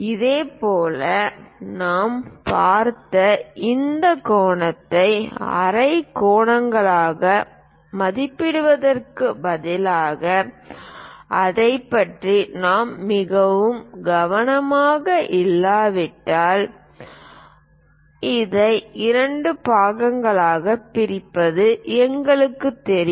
இதேபோல் நாம் பார்த்த இந்த கோணத்தை அரை கோணங்களாக மதிப்பிடுவதற்கு பதிலாக அதைப் பற்றி நாம் மிகவும் கவனமாக இல்லாவிட்டால் இதை இரண்டு பகுதிகளாகப் பிரிப்பது எங்களுக்குத் தெரியும்